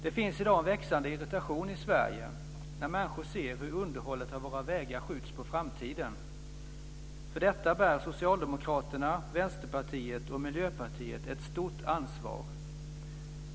Det finns i dag en växande irritation i Sverige när människor ser hur underhållet av våra vägar skjuts på framtiden. För detta bär Socialdemokraterna, Vänsterpartiet och Miljöpartiet ett stort ansvar.